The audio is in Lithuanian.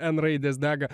n raidės dega